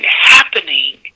happening